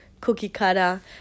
cookie-cutter